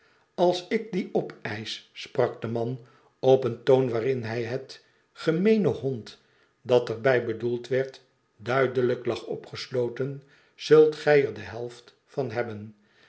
als ik die opeisch sprak de man op een toon waarin het gemeene hond dat er bij bedoeld werd duidelijk lag opgesloten tzult gij er de helft van hebben